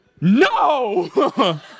No